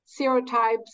serotypes